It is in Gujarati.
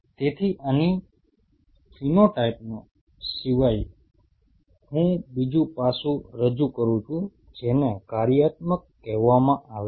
તેથી અહીં ફિનોટાઇપનો સિવાય હું બીજું પાસું રજૂ કરું છું જેને કાર્યાત્મક કહેવામાં આવે છે